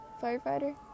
Firefighter